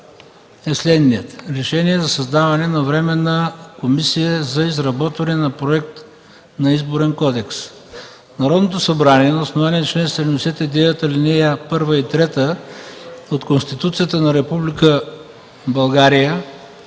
е следният: „РЕШЕНИЕ за създаване на Временна комисия за изработване на Проект на Изборен кодекс Народното събрание на основание чл. 79, алинеи 1 и 3 от Конституцията на Република България